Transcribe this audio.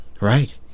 Right